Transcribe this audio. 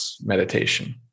meditation